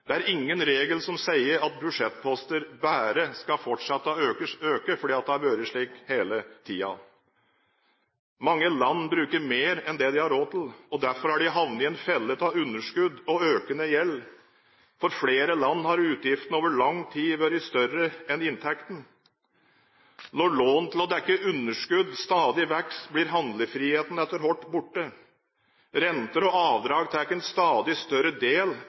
Det er ingen regel som sier at budsjettposter bare skal fortsette å øke fordi det har vært slik hele tida. Mange land bruker mer enn de har råd til og er derfor havnet i en felle av underskudd og økende gjeld. For flere land har utgiftene over lang tid vært større enn inntektene. Når lån til å dekke underskudd stadig vokser, blir handlefriheten etter hvert borte. Renter og avdrag tar en stadig større del